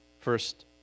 first